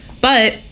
but-